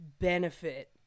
benefit